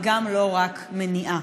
וגם לא רק של מניעה.